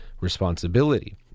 responsibility